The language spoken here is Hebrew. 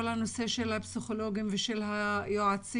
כל הנושא של הפסיכולוגים ושל היועצים,